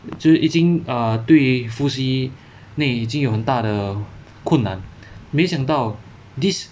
就是已经对呼吸内已经有很大的困难没想到 this